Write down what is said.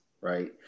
right